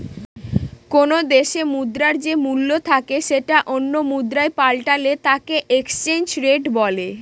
কোনো দেশে মুদ্রার যে মূল্য থাকে সেটা অন্য মুদ্রায় পাল্টালে তাকে এক্সচেঞ্জ রেট বলে